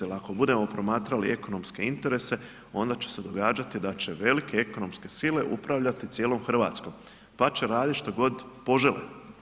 Jer ako budemo promatrali ekonomske interese onda će se događati da će velike ekonomske sile upravljati cijelom Hrvatskom pa će raditi što god požele.